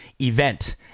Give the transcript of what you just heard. event